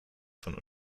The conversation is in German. von